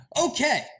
Okay